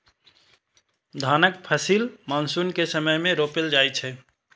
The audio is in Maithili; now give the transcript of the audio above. धानक फसिल मानसून के समय मे रोपल जाइ छै